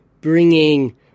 bringing